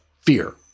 fear